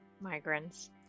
migrants